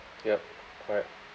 yup correct